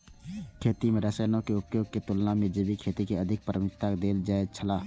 खेती में रसायनों के उपयोग के तुलना में जैविक खेती के अधिक प्राथमिकता देल जाय छला